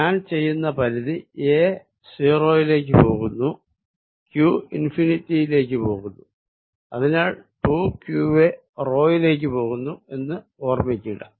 ഞാൻ ചെയ്യുന്ന പരിധി a 0 ത്തിലേക്ക് പോകുന്നു q ഇൻഫിനിറ്റി യിലേക്ക് പോകുന്നു അതിനാൽ 2qa യിലേക്ക് പോകുന്നു എന്ന് ഓർമ്മിക്കുക